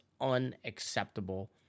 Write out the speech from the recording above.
unacceptable